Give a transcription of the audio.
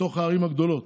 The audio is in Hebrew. בתוך הערים הגדולות,